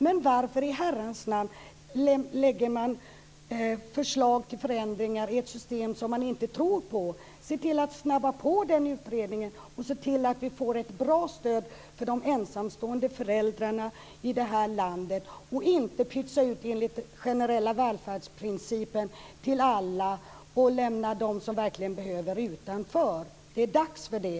Men varför i Herrans namn lägger man förslag till förändringar i ett system som man inte tror på? Se till att snabba på den utredningen och se till att vi får ett bra stöd för de ensamstående föräldrarna i det här landet i stället för att pytsa ut detta till alla enligt den generella välfärdsprincipen där man lämnar dem som verkligen behöver det utanför! Det är dags för det.